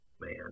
man